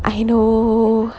I know